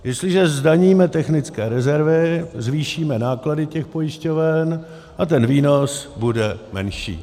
Jestliže zdaníme technické rezervy, zvýšíme náklady pojišťoven a výnos bude menší.